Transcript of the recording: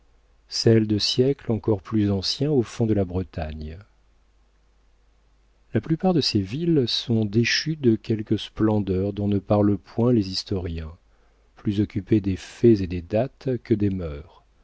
celle de siècles encore plus anciens au fond de la bretagne la plupart de ces villes sont déchues de quelque splendeur dont ne parlent point les historiens plus occupés des faits et des dates que des mœurs